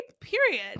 period